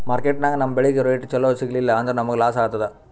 ಮಾರ್ಕೆಟ್ದಾಗ್ ನಮ್ ಬೆಳಿಗ್ ರೇಟ್ ಚೊಲೋ ಸಿಗಲಿಲ್ಲ ಅಂದ್ರ ನಮಗ ಲಾಸ್ ಆತದ್